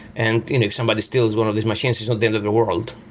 and if somebody steals one of these machines, it's not the end of the world.